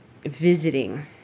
visiting